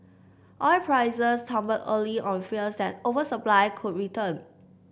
oil prices tumbled early on fears that oversupply could return